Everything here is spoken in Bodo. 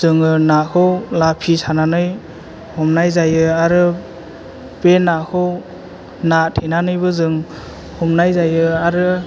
जोङो नाखौ लाफि सानानै हमनाय जायो आरो बे नाखौ ना थेनानैबो जों हमनाय जायो आरो